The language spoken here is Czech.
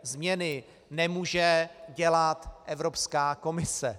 Změny nemůže dělat Evropská komise.